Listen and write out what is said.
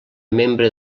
membre